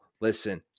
listen